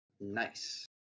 Nice